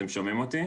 אתם שומעים אותי?